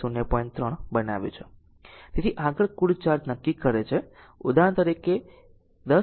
તેથી આગળ એક કુલ ચાર્જ નક્કી કરે છે ઉદાહરણ 1 0